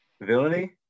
Villainy